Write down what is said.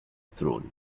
thrown